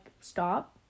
stop